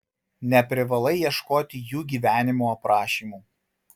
neprivalai ieškoti jų gyvenimo aprašymų